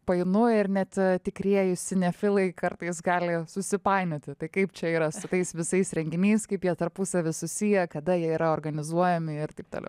painu ir net tikrieji sinefilai kartais gali susipainioti tai kaip čia yra su tais visais renginiais kaip jie tarpusavy susiję kada jie yra organizuojami ir taip toliau